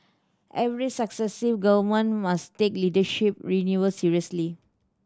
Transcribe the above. every successive Government must take leadership renewal seriously